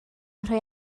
rhoi